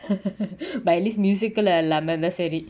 but at least musical lah இல்லாம இருந்தா சரி:illama iruntha sari